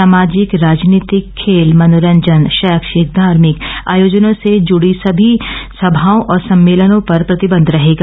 सामाजिक राजनीतिक खेल मनोरंजन शैक्षिक धार्मिक आयोजनों से जुड़ी सभाओं और सम्मेलनों पर प्रतिबंध रहेगा